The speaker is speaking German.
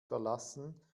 verlassen